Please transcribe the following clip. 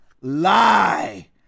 lie